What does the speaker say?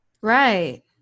Right